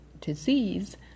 disease